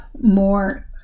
more